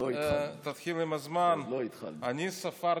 אני ספרתי,